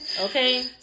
Okay